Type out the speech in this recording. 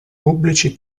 pubblici